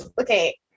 okay